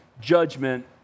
judgment